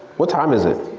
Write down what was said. what time is it?